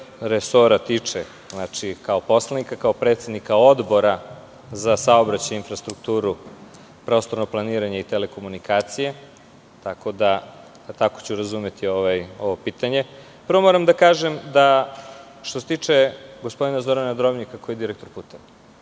resora, kao poslanika i kao predsednika Odbora za saobraćaj i infrastrukturu, prostorno planiranje i telekomunikacije, tako da ću tako i razumeti ovo pitanje. Prvo, moram da kažem da što se tiče gospodina Zorana Drobnjaka koji je direktoru